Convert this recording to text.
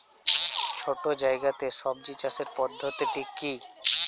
ছোট্ট জায়গাতে সবজি চাষের পদ্ধতিটি কী?